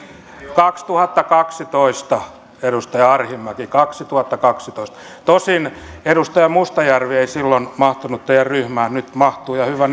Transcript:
kaksituhattakaksitoista edustaja arhinmäki kaksituhattakaksitoista tosin edustaja mustajärvi ei silloin mahtunut teidän ryhmään nyt mahtuu ja hyvä